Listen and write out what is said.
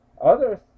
Others